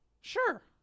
Sure